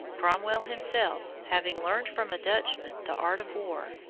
cromwell himself, having learned from a dutchman the art of war,